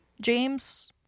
James